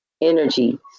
energy